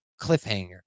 cliffhanger